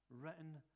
written